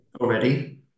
already